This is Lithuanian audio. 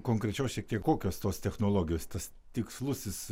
konkrečiau šiek tiek kokios tos technologijos tas tikslusis